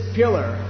pillar